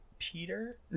peter